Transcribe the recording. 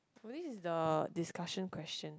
but it is the discussion question